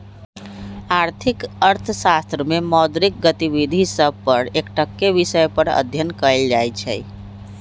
आर्थिक अर्थशास्त्र में मौद्रिक गतिविधि सभ पर एकटक्केँ विषय पर अध्ययन कएल जाइ छइ